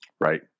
Right